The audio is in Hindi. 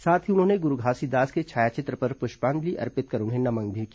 साथ ही उन्होंने गुरू घासीदास के छायाचित्र पर प्रष्पांजलि अर्पित कर उन्हें नमन भी किया